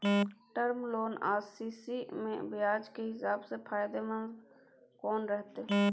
Term loan आ CC म ब्याज के हिसाब से फायदेमंद कोन रहते?